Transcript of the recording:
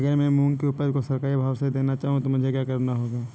अगर मैं मूंग की उपज को सरकारी भाव से देना चाहूँ तो मुझे क्या करना होगा?